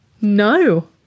No